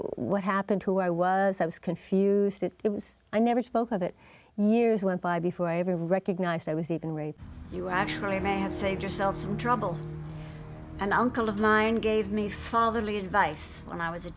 what happened who i was i was confused that it was i never spoke of it years went by before i even recognized i was even raped you actually may have saved yourself some trouble and uncle of mine gave me fatherly advice when i was a